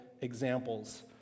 examples